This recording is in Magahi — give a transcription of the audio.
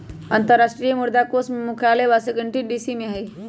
अंतरराष्ट्रीय मुद्रा कोष के मुख्यालय वाशिंगटन डीसी में हइ